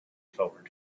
forward